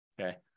okay